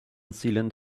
sealant